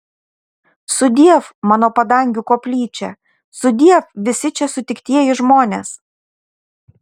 sudiev mano padangių koplyčia sudiev visi čia sutiktieji žmonės